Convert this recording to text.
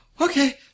okay